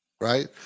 Right